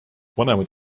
vanemad